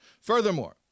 Furthermore